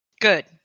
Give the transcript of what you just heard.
Good